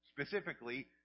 specifically